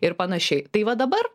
ir panašiai tai va dabar